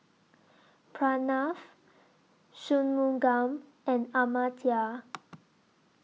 Pranav Shunmugam and Amartya